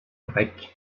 grecs